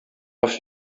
oft